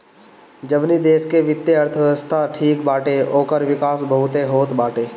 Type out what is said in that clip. जवनी देस के वित्तीय अर्थव्यवस्था ठीक बाटे ओकर विकास बहुते होत बाटे